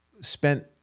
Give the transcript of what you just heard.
spent